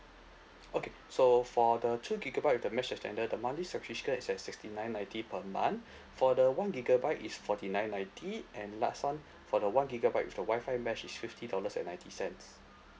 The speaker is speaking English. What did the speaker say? okay so for the two gigabyte with the mesh extender the monthly subscription is at sixty nine ninety per month for the one gigabyte is forty nine ninety and last one for the one gigabyte with a WI-FI mesh is fifty dollars and ninety cents